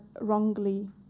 wrongly